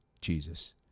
Jesus